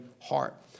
heart